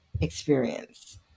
experience